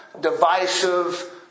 divisive